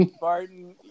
Barton